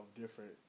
different